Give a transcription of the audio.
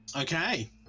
Okay